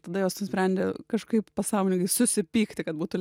tada jos nusprendė kažkaip pasąmoningai susipykti kad būtų